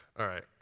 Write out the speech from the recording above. all right.